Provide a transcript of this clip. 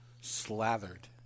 slathered